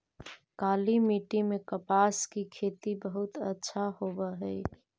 काली मिट्टी में कपास की खेती बहुत अच्छा होवअ हई